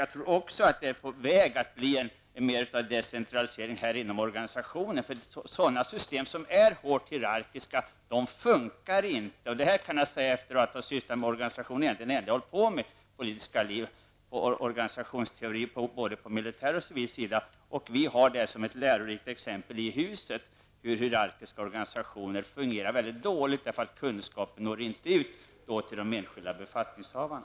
Jag tror också att en decentralisering är på gång inom organisationen. Sådana system som är hårt hierarkiska fungerar inte. Det kan jag säga efter att ha sysslat med organisationsteorier -- egentligen det enda jag har hållit på med förutom politik -- både på militär och på civilsidan. Vi har i huset ett lärorikt exempel på hur hierarkiska organisationer fungerar dåligt, därför att kunskapen inte når ut till de enskilda befattningshavarna.